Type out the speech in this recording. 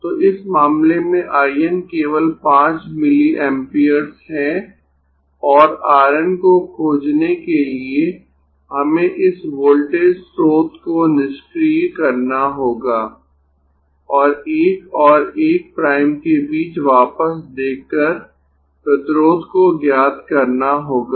तो इस मामले में I N केवल 5 मिली एम्पीयर्स है और R N को खोजने के लिए हमें इस वोल्टेज स्रोत को निष्क्रिय करना होगा और 1 और 1 प्राइम के बीच वापस देखकर प्रतिरोध को ज्ञात करना होगा